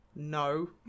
no